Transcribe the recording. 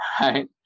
right